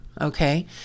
okay